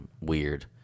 weird